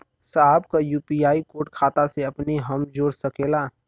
साहब का UPI code खाता से अपने हम जोड़ सकेला?